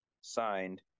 signed